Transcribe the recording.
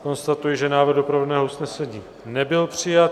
Konstatuji, že návrh doprovodného usnesení nebyl přijat.